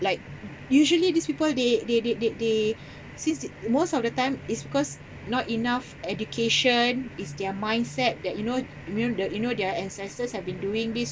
like usually these people they they they they they since the most of the time is because not enough education it's their mindset that you know you know the you know their ancestors have been doing this